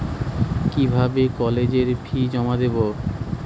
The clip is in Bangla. কিভাবে কলেজের ফি জমা দেবো?